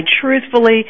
truthfully